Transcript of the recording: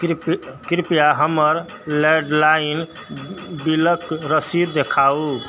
कृपया हमर लैंडलाइन बिलक रसीद देखाउ